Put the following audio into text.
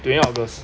twenty eight august